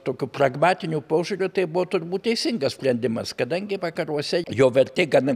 tokiu pragmatiniu požiūriu tai buvo turbūt teisingas sprendimas kadangi vakaruose jo vertė gana